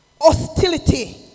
hostility